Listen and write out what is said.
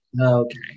okay